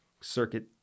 circuit